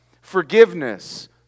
forgiveness